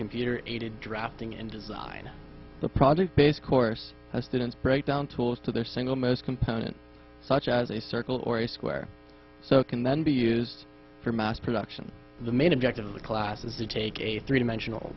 computer aided drafting and design the project based course students break down tools to their single most component such as a circle or a square so it can then be used for mass production the main objective of the class is to take a three dimensional